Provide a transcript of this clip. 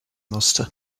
musste